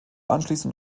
anschließend